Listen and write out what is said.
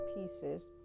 pieces